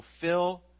fulfill